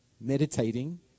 meditating